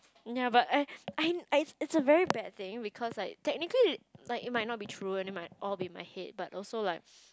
ya but I I I it's a very bad thing because like technically like it might not be true and it might all be in my head but also like